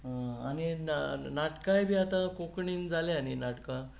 नाटकांय बी आतां कोंकणींत जाल्यां न्हय नाटकां